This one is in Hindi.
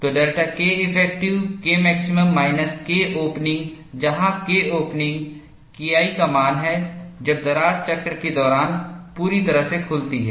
तो delta Keffective K max minus K opening जहां K op KI का मान है जब दरार चक्र के दौरान पूरी तरह से खुलती है